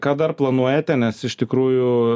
ką dar planuojate nes iš tikrųjų